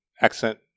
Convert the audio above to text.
accent